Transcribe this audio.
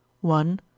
One